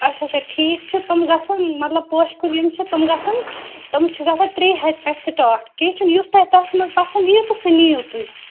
اچھا اچھا ٹھیٖک چھِ تِم گژھَن مطلب پوشہِ کُلۍ یِم چھِ تِم گژھَن تِم چھِ گژھان ترٛےٚ ہَتھ پٮ۪ٹھ سِٹاٹ کیٚنہہ چھُنہٕ یُس تۄہہِ تَتھ منٛز پسنٛد یِی تہٕ سُہ نِیو تُہۍ